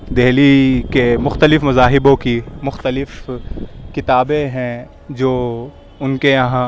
دہلی کے مختلف مذاہبوں کی مختلف کتابیں ہیں جو اُن کے یہاں